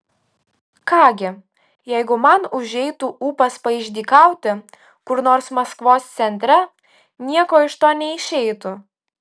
ką gi jeigu man užeitų ūpas paišdykauti kur nors maskvos centre nieko iš to neišeitų